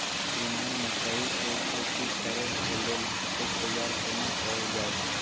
श्रीमान मकई के खेती कॉर के लेल खेत तैयार केना कैल जाए?